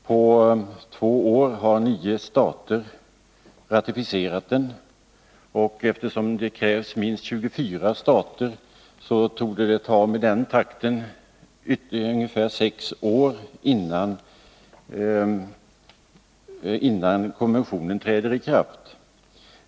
På två år har 9 stater ratificerat den, och eftersom det krävs minst 24 stater, torde det med den takten ta ungefär sex år innan konventionen träder i kraft.